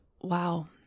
wow